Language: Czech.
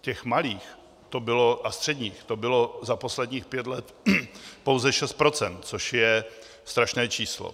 Těch malých a středních to bylo za posledních pět let pouze 6 %, což je strašné číslo.